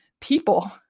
people